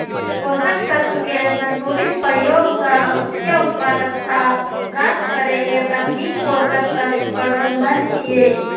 पोषक तत्व के संतुलित प्रयोग सं उच्च उत्पादकता प्राप्त करै के तकनीक पोषक तत्व प्रबंधन छियै